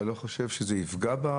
אתה לא חושב שזה יפגע?